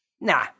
Nah